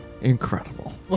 Incredible